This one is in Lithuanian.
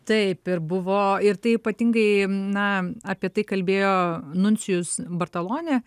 taip ir buvo ir tai ypatingai na apie tai kalbėjo nuncijus bartalone